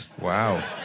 Wow